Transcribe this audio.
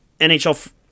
NHL